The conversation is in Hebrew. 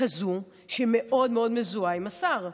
כזו שמאוד מאוד מזוהה עם השר?